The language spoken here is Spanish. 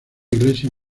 iglesia